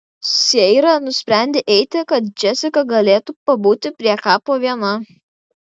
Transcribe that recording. seira nusprendė eiti kad džesika galėtų pabūti prie kapo viena